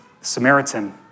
Samaritan